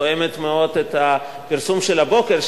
תואמת מאוד את הפרסום של הבוקר,